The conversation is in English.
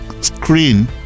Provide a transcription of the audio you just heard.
screen